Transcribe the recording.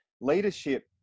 leadership